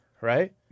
right